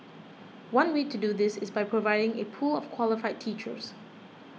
one way to do this is by providing a pool of qualified teachers